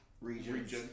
regions